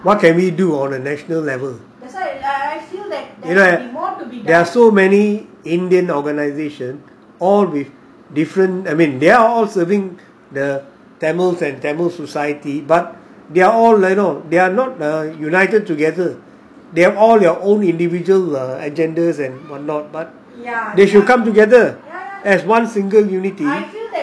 what can we do on a national level you know there are so many indian organisation all with different I mean they're all serving the tamils and tamil society but they're all level they are not united together they are all your own individual agendas and ugh what not but they should come together as one single unity at the moment